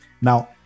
Now